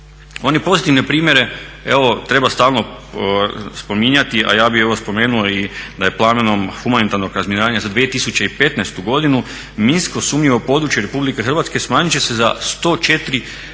One pozitivne primjere evo treba stalno spominjati, a ja bih evo spomenuo i da je planom humanitarnog razminiravanja za 2015. godinu minsko sumnjivo područje Republike Hrvatske smanjit će se za 104 četvorna